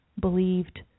believed